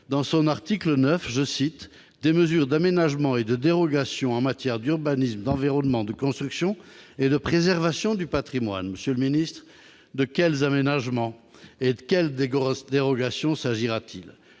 dans son article 9 je cite des mesures d'aménagement et de dérogations en matière d'urbanisme, d'environnement, de construction et de préservation du Patrimoine, Monsieur le Ministre, de quels aménagements et de quelle des grosses dérogation, s'agira-t-il